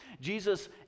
Jesus